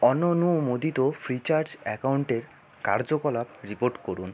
অননুমোদিত Freecharge অ্যাকাউন্টের কার্যকলাপ report করুন